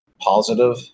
positive